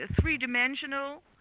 three-dimensional